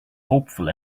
hopeful